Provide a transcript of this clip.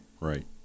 Right